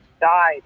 died